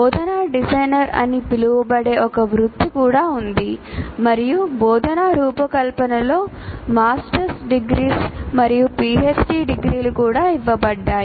బోధనా డిజైనర్ అని పిలువబడే ఒక వృత్తి కూడా ఉంది మరియు బోధనా రూపకల్పనలో మాస్టర్స్ డిగ్రీలు కూడా ఇవ్వబడ్డాయి